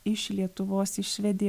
iš lietuvos į švediją